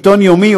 עיתון יומי,